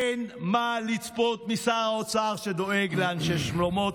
אין מה לצפות משר האוצר, שדואג לאנשי שלומו.